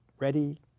ready